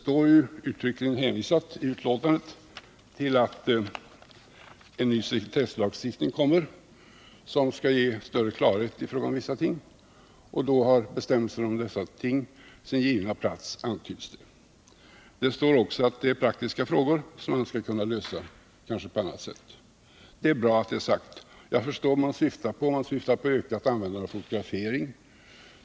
I betänkandet hänvisas ju uttryckligen till att en ny sekretesslagstiftning kommer som skall ge större klarhet i fråga om vissa ting, och då har bestämmelser om dessa ting sin givna plats, antyds det. Det står också att det är praktiska frågor, som man kanske skall kunna lösa på annat sätt. Det är bra att detta är sagt. Jag förstår att man syftar på ökad användning av fotografering.